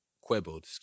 quibbled